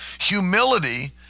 Humility